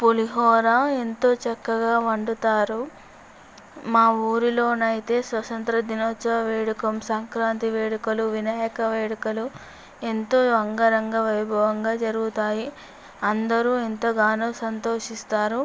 పులిహోర ఎంతో చక్కగా వండుతారు మా ఊరిలోన అయితే స్వతంత్ర దినోత్సవ వేడుకం సంక్రాంతి వేడుకలు వినాయక వేడుకలు ఎంతో అంగరంగ వైభవంగా జరుగుతాయి అందరూ ఎంతగానో సంతోషిస్తారు